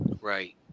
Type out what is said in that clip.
Right